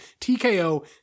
TKO